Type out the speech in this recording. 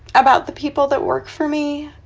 about the people that work for me.